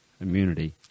immunity